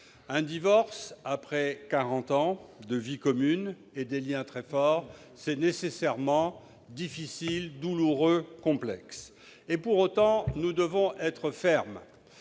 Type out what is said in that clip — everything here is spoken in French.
Un divorce, après quarante ans de vie commune qui ont tissé des liens très forts, est nécessairement difficile, douloureux, complexe. Pour autant, nous devons être fermes